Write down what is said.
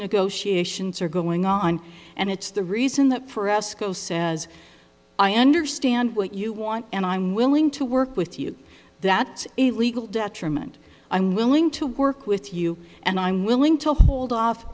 negotiations are going on and it's the reason that for esko says i understand what you want and i'm willing to work with you that's illegal detriment i'm willing to work with you and i'm willing to hold off